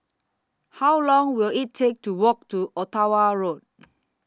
How Long Will IT Take to Walk to Ottawa Road